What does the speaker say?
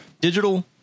digital